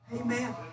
Amen